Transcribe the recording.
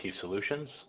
solutions